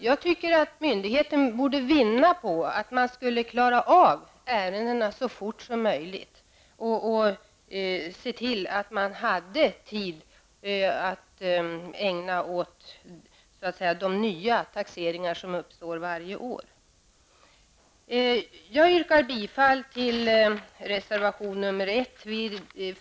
Jag tycker att myndigheten borde vinna på att klara av ärendena så fort som möjligt och se till att man har tid att ägna åt de nya taxeringar som uppstår varje år. Jag yrkar bifall till reservation nr 1.